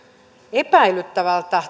epäilyttävältä